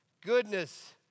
goodness